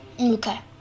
Okay